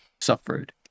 Suffered